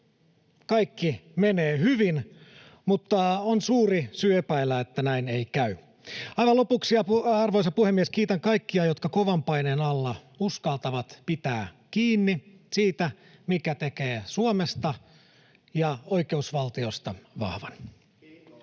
kaikki menee hyvin, mutta on suuri syy epäillä, että näin ei käy. Aivan lopuksi, arvoisa puhemies, kiitän kaikkia, jotka kovan paineen alla uskaltavat pitää kiinni siitä, mikä tekee Suomesta ja oikeusvaltiosta vahvan. [Ben